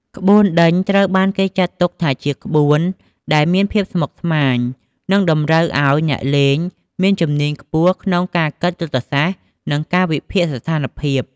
ក្បួនដេញត្រូវបានគេចាត់ទុកថាជាក្បួនដែលមានភាពស្មុគស្មាញ និងតម្រូវឲ្យអ្នកលេងមានជំនាញខ្ពស់ក្នុងការគិតយុទ្ធសាស្ត្រ និងការវិភាគស្ថានភាព។